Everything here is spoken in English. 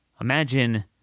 Imagine